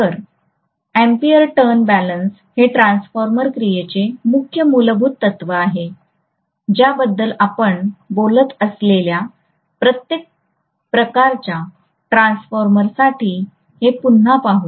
तर ampere turn balance हे transformer क्रियेचे मुख्य मूलभूत तत्त्व आहे ज्याबद्दल आपण बोलत असलेल्या प्रत्येक प्रकारच्या ट्रान्सफॉर्मरसाठी हे पुन्हा पाहू